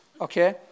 okay